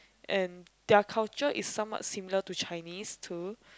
and their culture is some what similar to Chinese too